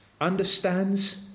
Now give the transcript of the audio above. understands